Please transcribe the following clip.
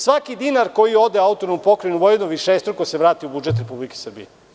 Svaki dinar koji ode u AP Vojvodinu višestruko se vrati u budžet Republike Srbije.